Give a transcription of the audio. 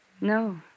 No